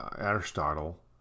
aristotle